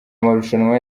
amarushanwa